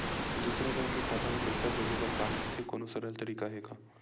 दूसरा बैंक के खाता मा पईसा भेजे बर का लगथे कोनो सरल तरीका हे का?